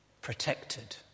protected